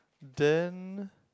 then